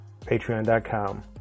Patreon.com